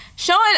Showing